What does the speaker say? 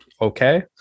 Okay